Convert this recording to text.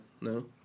no